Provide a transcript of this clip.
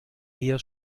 eher